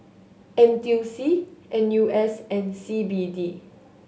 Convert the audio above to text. N T U C N U S and C B D